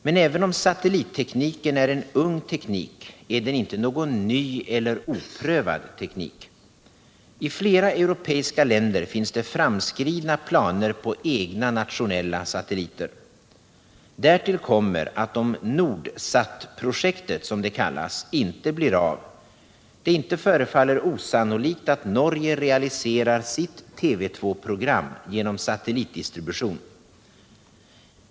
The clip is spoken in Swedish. Men även om satellittekniken är en ung teknik är den inte någon ny eller oprövad teknik. I flera europeiska länder finns det framskridna planer på egna nationella satelliter. Därtill kommer att om Nordsatprojektet, som det kallas, inte blir av, det inte förefaller osannolikt att Norge realiserar sitt TV2-program genom satellitdistribution.